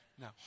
No